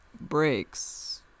breaks